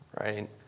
right